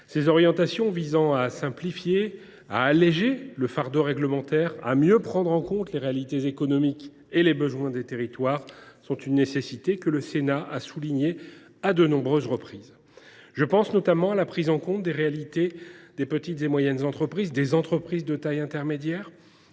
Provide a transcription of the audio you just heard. Ces orientations visant à simplifier, à alléger le fardeau réglementaire, à mieux prendre en compte les réalités économiques et les besoins des territoires sont une nécessité, comme le Sénat l’a souligné à de nombreuses reprises. Je pense notamment à la prise en compte des réalités des petites et moyennes entreprises et des entreprises de taille intermédiaire,